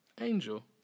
Angel